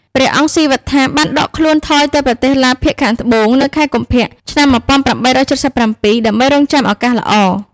ព្រះអង្គស៊ីវត្ថាបានដកខ្លួនថយទៅប្រទេសឡាវភាគខាងត្បូងនៅខែកុម្ភៈ ឆ្នាំ ១៨៧៧ ដើម្បីរង់ចាំឱកាសល្អ។